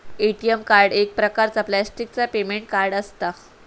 ATM card एक प्रकारचा प्लॅस्टिकचा पेमेंट कार्ड असता